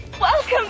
Welcome